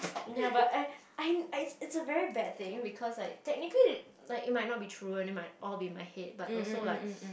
ya but I I I it's a very bad thing because like technically like it might not be true and it might all be in my head but also like